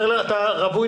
הגורפת,